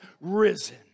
risen